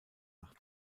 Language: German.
nach